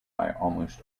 almost